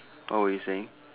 what were you saying